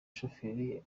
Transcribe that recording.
shoferi